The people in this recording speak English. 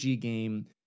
game